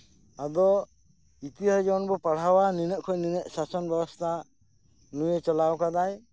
ᱟᱫᱚ ᱤᱛᱤᱦᱟᱥ ᱡᱚᱠᱷᱚᱱ ᱵᱩ ᱯᱟᱲᱦᱟᱣᱟ ᱱᱤᱱᱟᱹᱜ ᱠᱷᱚᱱ ᱱᱤᱱᱟᱹᱜ ᱥᱟᱥᱚᱱ ᱵᱮᱵᱚᱥᱛᱟ ᱱᱩᱭᱮ ᱪᱟᱞᱟᱣ ᱟᱠᱟᱫᱟᱭ